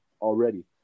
already